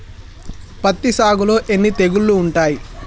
పత్తి సాగులో ఎన్ని తెగుళ్లు ఉంటాయి?